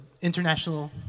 international